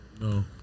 no